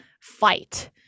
fight